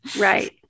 Right